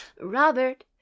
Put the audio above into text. robert